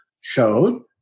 showed